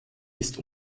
ist